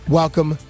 welcome